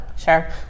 Sure